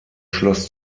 schloss